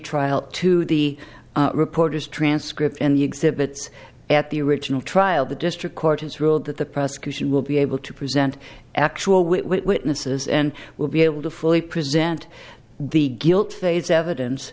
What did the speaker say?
retrial to the reporters transcript in the exhibits at the original trial the district court has ruled that the prosecution will be able to present actual we witnesses and will be able to fully present the guilt phase evidence